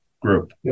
group